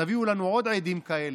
תביאו לנו עוד עדים כאלה,